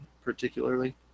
particularly